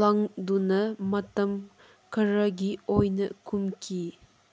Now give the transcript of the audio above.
ꯂꯥꯡꯗꯨꯅ ꯃꯇꯝ ꯈꯔꯒꯤ ꯑꯣꯏꯅ ꯀꯨꯝꯈꯤ